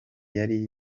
yari